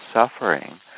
suffering